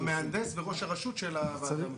המהנדס וראש הרשות של הוועדה המקומית.